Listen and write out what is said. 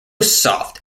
soft